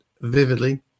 vividly